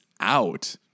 out